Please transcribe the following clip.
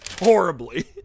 horribly